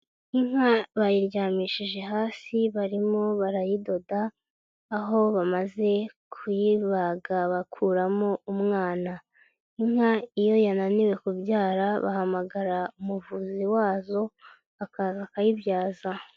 Inka bayiryamishije hasi barimo barayidoda, aho bamaze kuyibaga bakuramo umwana. Inka iyo yananiwe kubyara, bahamagara umuvuzi wazo akaza akayibyaza.